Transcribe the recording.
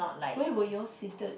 where were you all seated